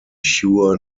chur